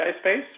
space